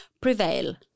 prevail